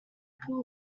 pool